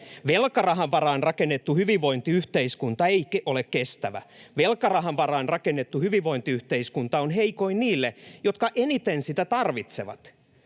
Velkarahan varaan rakennettu hyvinvointiyhteiskunta ei ole kestävä. Velkarahan varaan rakennettu hyvinvointiyhteiskunta on heikoin niille, jotka sitä eniten tarvitsevat.